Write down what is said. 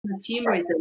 consumerism